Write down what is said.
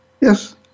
Yes